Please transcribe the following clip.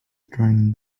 during